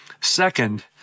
Second